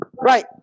right